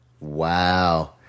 Wow